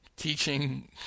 Teaching